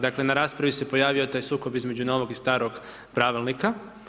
Dakle, na raspravi se pojavio taj sukob između novog i starog Pravilnika.